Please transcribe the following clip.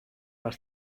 las